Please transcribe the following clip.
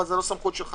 אבל זאת לא הסמכות שלך.